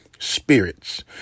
Spirits